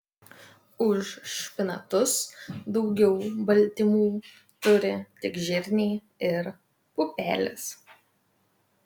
už špinatus daugiau baltymų turi tik žirniai ir pupelės